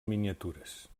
miniatures